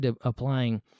applying